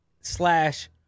Slash